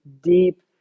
deep